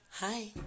Hi